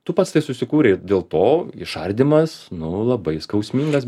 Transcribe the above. tu pats tai susikūrei dėl to išardymas nu labai skausmingas